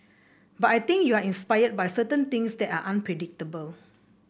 but I think you are inspired by certain things that are unpredictable